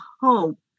hope